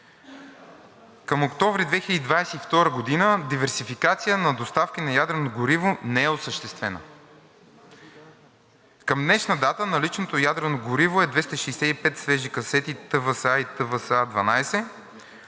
към октомври 2022 г. диверсификация на доставки на ядрено гориво не е осъществена. Към днешна дата наличното ядрено гориво е 265 свежи касети ТВСА и ТВСА-12,